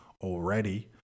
already